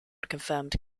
confirmed